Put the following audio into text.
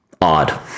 odd